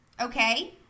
okay